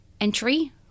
entry